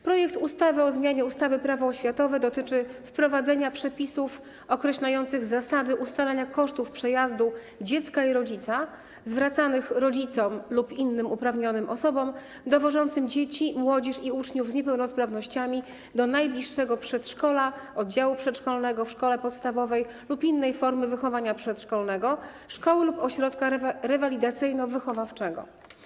Projekt ustawy o zmianie ustawy Prawo oświatowe dotyczy wprowadzenia przepisów określających zasady ustalania kosztów przejazdu dziecka i rodzica zwracanych rodzicom - lub innym uprawnionym osobom - dowożącym dzieci, młodzież i uczniów z niepełnosprawnościami do najbliższego przedszkola, oddziału przedszkolnego w szkole podstawowej lub innej formy wychowania przedszkolnego, szkoły lub ośrodka rewalidacyjno-wychowawczego.